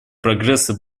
прогресса